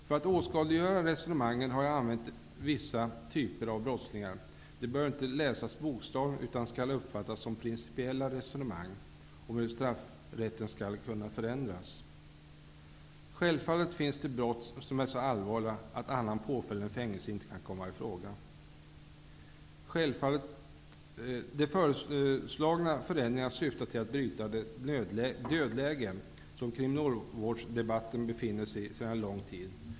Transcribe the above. För att åskådliggöra resonemangen har jag använt vissa typer av brottslingar. Det bör inte läsas bokstavligt utan skall uppfattas som principiella resonemang om hur straffrätten skall kunna förändras. Självfallet finns det brott som är så allvarliga att annan påföljd än fängelse inte kan komma i fråga. De föreslagna förändringarna syftar till att bryta det dödläge som kriminalvårdsdebatten befinner sig i sedan lång tid.